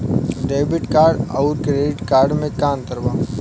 Debit card आउर credit card मे का अंतर बा?